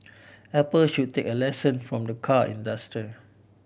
apple should take a lesson from the car industry